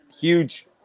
huge